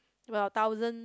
well thousand